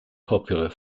popular